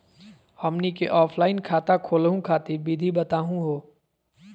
हमनी क ऑफलाइन खाता खोलहु खातिर विधि बताहु हो?